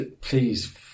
please